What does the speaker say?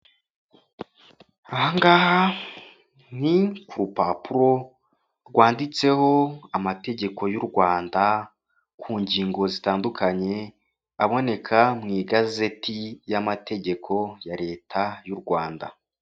Aha ngaha ni ku rupapuro rwanditseho amategeko y'u Rwanda ku ngingo zitandukanye aboneka mu igazeti y'amategeko ya leta y'u Rwanda.